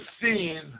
seen